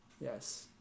Yes